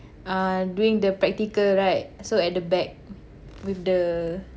uh doing the practical right so at the back with the